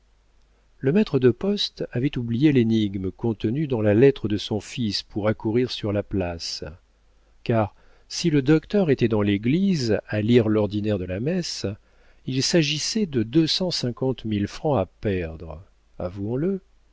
le maître de poste avait oublié l'énigme contenue dans la lettre de son fils pour accourir sur la place car si le docteur était dans l'église à lire l'ordinaire de la messe il s'agissait de deux cent cinquante mille francs à perdre avouons-le